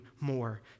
more